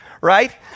right